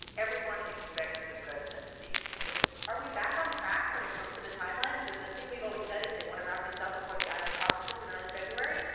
everyone expects the president to be acquitted are we back on track when it comes to the timeline? the the thing we've always said is they want to wrap this up before the iowa caucuses in early february.